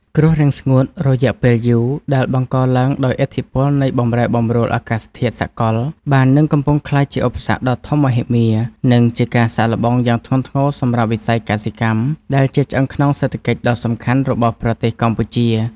គ្រោះរាំងស្ងួតរយៈពេលយូរ ដែលបង្កឡើងដោយឥទ្ធិពលនៃបម្រែបម្រួលអាកាសធាតុសកល បាននិងកំពុងក្លាយជាឧបសគ្គដ៏ធំមហិមា និងជាការសាកល្បងយ៉ាងធ្ងន់ធ្ងរសម្រាប់វិស័យកសិកម្ម ដែលជាឆ្អឹងខ្នងសេដ្ឋកិច្ចដ៏សំខាន់របស់ប្រទេសកម្ពុជា។